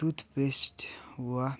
toothpaste वा